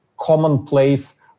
commonplace